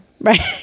right